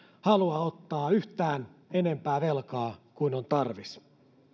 halua ottaa yhtään enempää velkaa kuin on tarvis